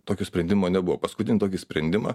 tokio sprendimo nebuvo paskutinį tokį sprendimą